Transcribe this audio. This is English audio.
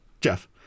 Jeff